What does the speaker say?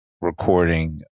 recording